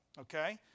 okay